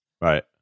Right